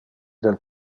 del